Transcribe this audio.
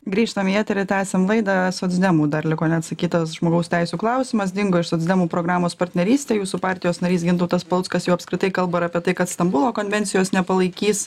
grįžtam į eterį tęsiame laidą socdemų dar liko neatsakytas žmogaus teisių klausimas dingo iš socdemų programos partnerystė jūsų partijos narys gintautas paluckas jau apskritai kalba ir apie tai kad stambulo konvencijos nepalaikys